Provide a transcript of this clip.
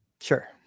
Sure